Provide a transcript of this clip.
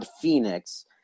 Phoenix